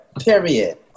period